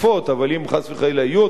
אבל אם חס וחלילה יהיו עוד חטיפות,